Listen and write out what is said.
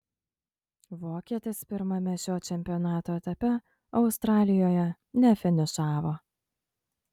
vokietis pirmame šio čempionato etape australijoje nefinišavo